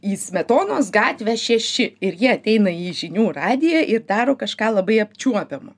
į smetonos gatvę šeši ir jie ateina į žinių radiją ir daro kažką labai apčiuopiamo